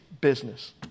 business